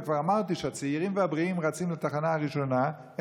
וכבר אמרתי שהצעירים והבריאים רצים לתחנה הראשונה,